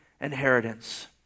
inheritance